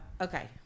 Okay